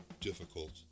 difficult